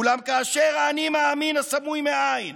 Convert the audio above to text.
אולם, כאשר ה"אני מאמין" הסמוי מהעין